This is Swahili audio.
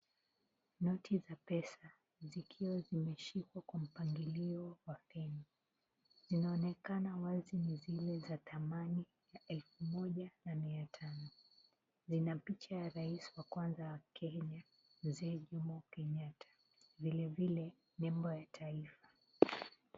Noti za pesa zikiwa zimeshikwa kwa mpangilio wa Kenya zinaonekana wazi ni zile za thamani elfu moja na mia tano. Zina picha ya rais wa kwanza wa Kenya Mzee Jomo Kenyatta, vile vile nembo ya taifa.